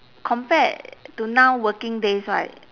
compared to now working days right